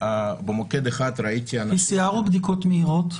במוקד אחד ראיתי --- PCR או בדיקות מהירות?